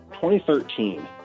2013